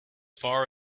far